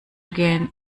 again